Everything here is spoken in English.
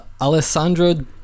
Alessandro